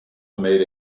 made